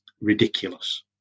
ridiculous